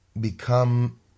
become